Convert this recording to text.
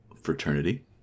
fraternity